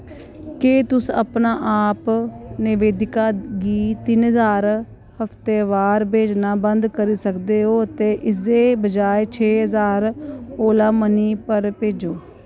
केह् तुस अपने आप नवेदिका गी तिन्न ज्हार हफ्ते वार भेजना बंद करी सकदे ओ ते इसदे बजाए छे ज्हार ओला मनी पर भेजो